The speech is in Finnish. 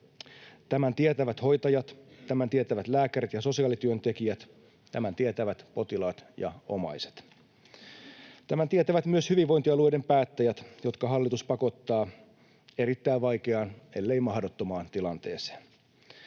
tämän tietävät lääkärit ja sosiaalityöntekijät, ja tämän tietävät potilaat ja omaiset. Tämän tietävät myös hyvinvointialueiden päättäjät, jotka hallitus pakottaa erittäin vaikeaan, ellei mahdottomaan, tilanteeseen.